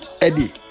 Eddie